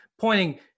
pointing